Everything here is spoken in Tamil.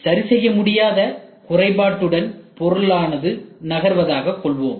சரி செய்ய முடியாத குறைபாட்டுடன் பொருளானது நகர்வதாக கொள்வோம்